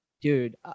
dude